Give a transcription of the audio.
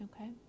Okay